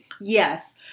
yes